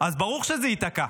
אז ברור שזה ייתקע.